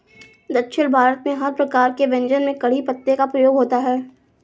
दक्षिण भारत में हर प्रकार के व्यंजन में कढ़ी पत्ते का प्रयोग होता है